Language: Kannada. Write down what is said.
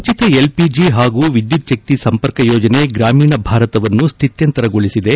ಉಚಿತ ಎಲ್ಪಿಜಿ ಹಾಗೂ ವಿದ್ಯುಚ್ಚಕ್ತಿ ಸಂಪರ್ಕ ಯೋಜನೆ ಗ್ರಾಮೀಣ ಭಾರತವನ್ನು ಸ್ದಿತ್ಯಂತರಗೊಳಿಸಿದೆ